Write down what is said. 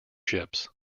ships